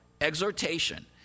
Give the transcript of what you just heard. exhortation